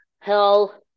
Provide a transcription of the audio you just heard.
hell